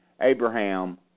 Abraham